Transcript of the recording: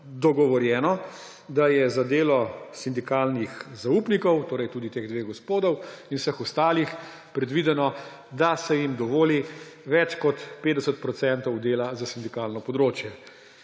dogovorjeno, da je za delo sindikalnih zaupnikov – torej tudi teh dveh gospodov in vseh ostalih – predvideno, da se jim dovoli več kot 50 % dela za sindikalno področje.